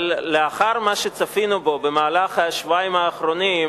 אבל לאחר מה שצפינו בו במהלך השבועיים האחרונים,